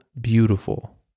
beautiful